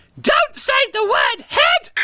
don't say the word head